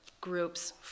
groups